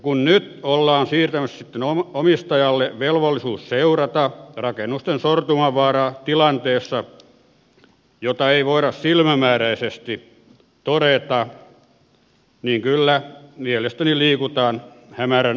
kun nyt ollaan siirtämässä omistajalle velvollisuus seurata rakennusten sortumavaaraa tilanteessa jota ei voida silmämääräisesti todeta niin kyllä mielestäni liikutaan hämärän rajamailla